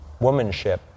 womanship